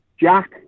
Jack